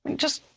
and just